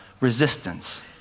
resistance